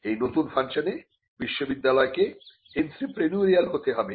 এই নতুন ফাংশনে বিশ্ববিদ্যালয়কে এন্ত্রেপ্রেনিউরিয়াল হতে হবে